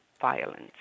Violence